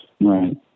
Right